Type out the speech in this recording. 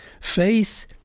Faith